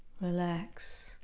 relax